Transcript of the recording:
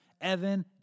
Evan